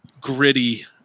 gritty